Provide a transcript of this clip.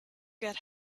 get